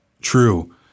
true